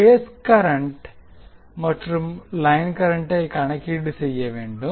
நாம் phase current மற்றும் line கரண்டை கணக்கீடு செய்ய வேண்டும்